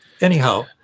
Anyhow